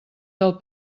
del